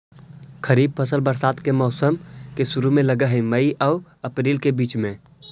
खरीफ फसल बरसात के मौसम के शुरु में लग हे, मई आऊ अपरील के बीच में